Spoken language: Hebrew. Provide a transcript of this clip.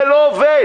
זה לא עובד.